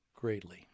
greatly